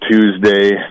Tuesday